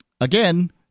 again